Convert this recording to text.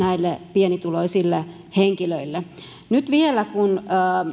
pienituloisille henkilöille nyt vielä kun